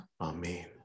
Amen